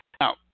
Now